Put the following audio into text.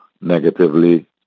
negatively